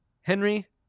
henry